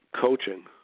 coaching